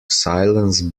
silence